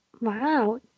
Wow